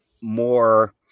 more